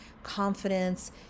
confidence